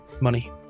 Money